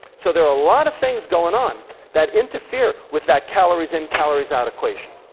so there are a lot of things going on that interfere with that calories in, calories out equation.